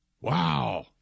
Wow